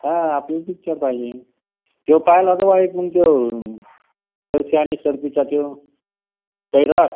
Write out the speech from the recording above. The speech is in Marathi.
हां आपण पिक्चर पाहिली तो पाहिला तो वाईट म्हणतो अरची आणि सर्बीचा तो सैराट